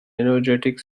energetic